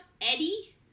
Eddie